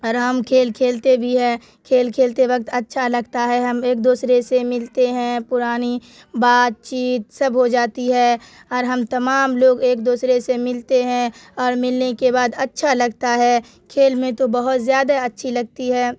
اور ہم کھیل کھیلتے بھی ہیں کھیل کھیلتے وقت اچھا لگتا ہے ہم ایک دوسرے سے ملتے ہیں پرانی بات چیت سب ہو جاتی ہے اور ہم تمام لوگ ایک دوسرے سے ملتے ہیں اور ملنے کے بعد اچھا لگتا ہے کھیل میں تو بہت زیادہ اچھی لگتی ہے